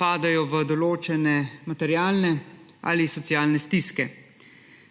padejo v določene materialne ali socialne stiske.